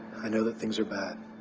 i know that things are bad,